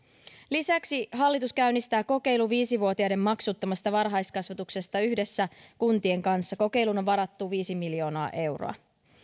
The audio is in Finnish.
lisäksi hallitus käynnistää kokeilun viisi vuotiaiden maksuttomasta varhaiskasvatuksesta yhdessä kuntien kanssa kokeiluun on varattu viisi miljoonaa euroa